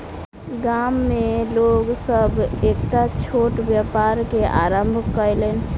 गाम में लोक सभ एकटा छोट व्यापार के आरम्भ कयलैन